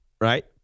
right